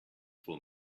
for